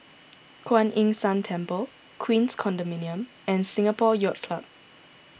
Kuan Yin San Temple Queens Condominium and Singapore Yacht Club